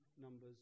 numbers